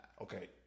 Okay